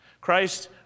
Christ